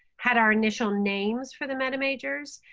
had our initial names for the meta majors.